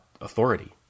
authority